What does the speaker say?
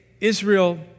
Israel